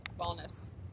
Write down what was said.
wellness